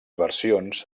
versions